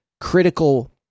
critical